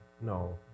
No